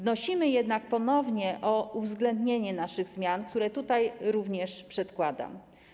Wnosimy jednak ponownie o uwzględnienie naszych zmian, które tutaj również przedkładam.